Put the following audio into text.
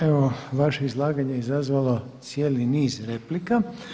Evo vaše izlaganje je izazvalo cijeli niz replika.